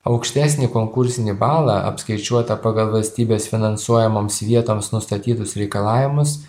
aukštesnį konkursinį balą apskaičiuotą pagal valstybės finansuojamoms vietoms nustatytus reikalavimus